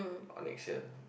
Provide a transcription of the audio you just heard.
or next year